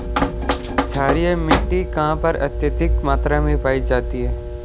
क्षारीय मिट्टी कहां पर अत्यधिक मात्रा में पाई जाती है?